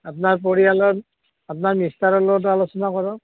আপোনাৰ পৰিয়ালৰ আপোনাৰ মিষ্টাৰৰ লগতো আলোচনা কৰক